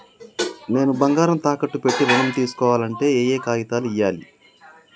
నేను బంగారం తాకట్టు పెట్టి ఋణం తీస్కోవాలంటే ఏయే కాగితాలు ఇయ్యాలి?